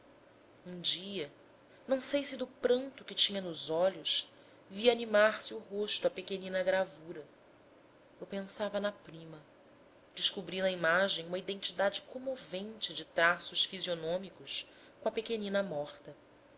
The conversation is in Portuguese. um dia não sei se do pranto que tinha nos olhos vi animar se o rosto à pequenina gravura eu pensava na prima descobri na imagem uma identidade comovente de traços fisionômicos com a pequenina morta